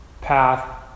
path